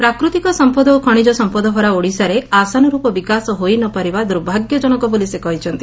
ପ୍ରାକୃତିକ ସମ୍ମଦ ଓ ଖଶିଜ ସମ୍ମଦ ଭରା ଓଡିଶାରେ ଆଶାନୁର୍ପ ବିକାଶ ହୋଇ ନ ପାରିବା ଦୁର୍ଭାଗ୍ୟଜନକ ବୋଲି ସେ କହିଛନ୍ତି